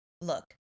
Look